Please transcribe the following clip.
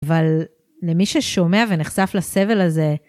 אבל למי ששומע ונחשף לסבל הזה...